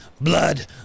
blood